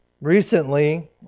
Recently